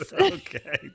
Okay